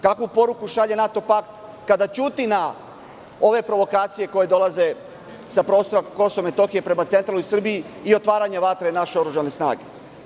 Kakvu poruku šalje NATO pakt kada ćuti na ove provokacije koje dolaze sa prostora KiM prema centralnoj Srbiji i otvaranje ovakve naše oružane snage?